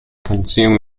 consume